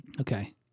Okay